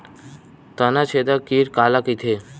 तनाछेदक कीट काला कइथे?